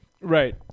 right